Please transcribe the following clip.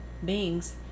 Beings